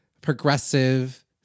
progressive